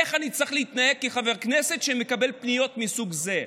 איך אני צריך להתנהג כחבר כנסת שמקבל פניות מסוג זה?